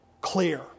clear